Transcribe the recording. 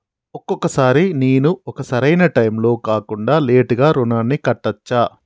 ఒక్కొక సారి నేను ఒక సరైనా టైంలో కాకుండా లేటుగా రుణాన్ని కట్టచ్చా?